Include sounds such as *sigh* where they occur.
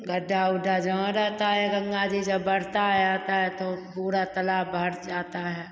गड्ढा उड्ढा जहाँ रहता है गंगा जी जब बढ़ता *unintelligible* तो पूरा तालाब भर जाता है